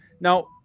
Now